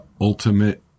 ultimate